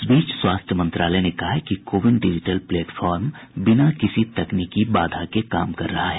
इस बीच स्वास्थ्य मंत्रालय ने कहा है कि कोविन डिजिटल प्लेटफॉर्म बिना किसी तकनीकी बाधा के काम कर रहा है